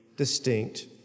distinct